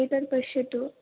एतत् पश्यतु